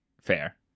Fair